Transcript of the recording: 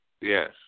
Yes